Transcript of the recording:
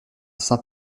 saint